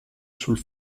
sul